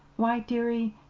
why, dearie,